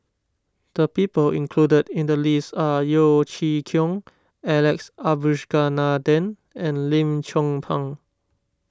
the people included in the list are Yeo Chee Kiong Alex Abisheganaden and Lim Chong Pang